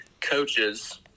coaches